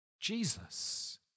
Jesus